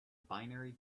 binary